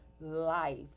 life